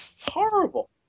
Horrible